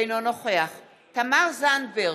אינו נוכח תמר זנדברג,